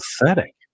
pathetic